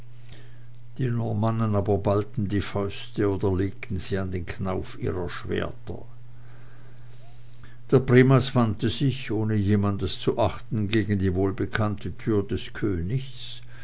die normannen aber ballten die fäuste oder legten sie an den knauf ihrer schwerter der primas wandte sich ohne jemandes zu achten gegen die wohlbekannte türe des königs